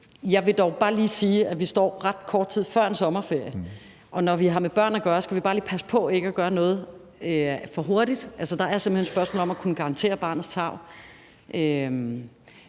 Jeg vil dog bare lige sige, at vi står ret kort tid før en sommerferie, og når vi har med børn at gøre, skal vi bare lige passe på ikke at gøre noget for hurtigt. Der er simpelt hen et spørgsmål om at kunne garantere barnets tarv.